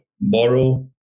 borrow